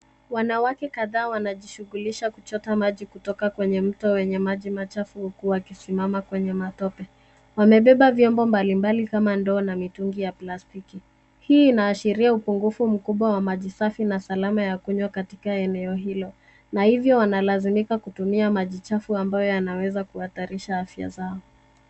Wanawake kadhaa wanajishughulisha kuchota maji kutoka kwenye mto wenye maji machafu huku wakisimama kwenye matope. Wamebeba vyombo mbalimbali kama ndoo na mitungi ya plastiki. Hii inaashiria upungufu mkubwa wa maji safi na salama ya kunywa katika eneo hilo na hivyo wanalazimika kutumia maji chafu ambayo yanaweza kuhatarisha afya zao.